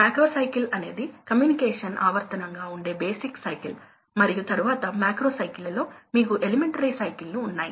పంపులు లిక్విడ్స్ ను నడుపుతాయి మరియు అవి సాధారణంగా కంప్రెస్ కావు